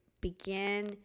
begin